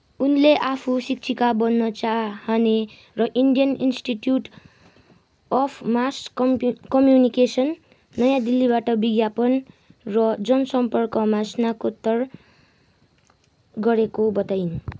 उनले आफू शिक्षिका बन्न चाहने र Indian institute of mass communication नयाँ दिल्लीबाट विज्ञापन र जनसम्पर्कमा स्नातकोत्तर गरेको बताइन्